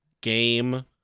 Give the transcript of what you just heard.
game